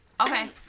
Okay